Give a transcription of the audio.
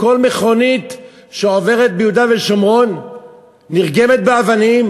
כל מכונית שעוברת ביהודה ושומרון נרגמת באבנים,